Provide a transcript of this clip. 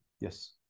Yes